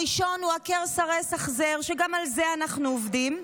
הראשון הוא עקר-סרס-החזר, גם על זה אנחנו עובדים,